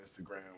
Instagram